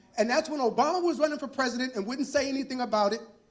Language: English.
and that's when obama was running for president and wouldn't say anything about it.